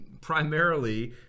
primarily